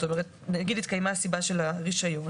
נניח שהתקיימה הסיבה של היעדר רישיון